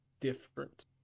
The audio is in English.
Different